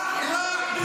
מה רע בזה?